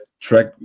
Track